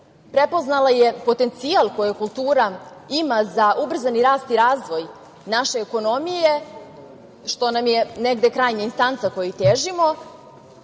prepoznala je potencijal koji kultura ima za ubrzani rast i razvoj naše ekonomije, što nam je negde krajnja instanca kojoj težimo.